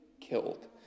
killed